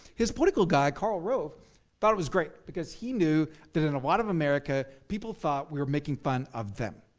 his political guy carl rove thought it was great because he knew that in a lot of america people thought we were making fun of them.